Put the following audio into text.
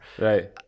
Right